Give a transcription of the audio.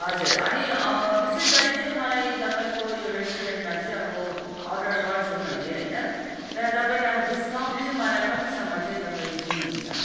हजुर अनि विशेष गरी चाहिँ मलाई तपाईँको यो रेस्टुरेन्टमा चाहिँ अब अर्डर गर्छु मैले होइन तर तपाईँले अब डिस्काउन्ट चाहिँ मलाई कतिसम्म चाहिँ तपाईँ दिनुहुन्छ